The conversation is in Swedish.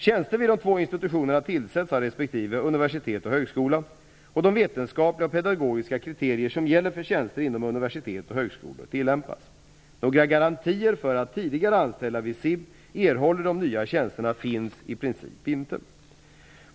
Tjänster vid de två institutionerna tillsätts av respektive universitet och högskola, och de vetenskapliga och pedagogiska kriterier som gäller för tjänster inom universitet och högskolor tillämpas. Några garantier för att tidigare anställda vid SIB erhåller de nya tjänsterna finns i princip inte.